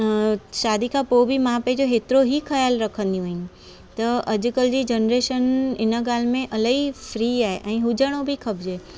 अ शादी खां पोइ बि माउ पीउ एतिरो ई ख्याल रखंदियूं आहिनि त अॼकल्ह जी जनरेशन हिन ॻाल्हि में इलाही फ्री आहे ऐं हुजण बि खपजे